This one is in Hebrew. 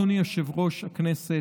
אדוני יושב-ראש הכנסת,